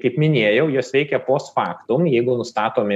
kaip minėjau jos veikia post faktum jeigu nustatomi